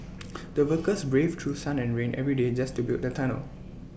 the workers braved through sun and rain every day just to build the tunnel